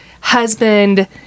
husband